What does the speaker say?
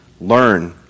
learn